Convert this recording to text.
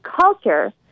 culture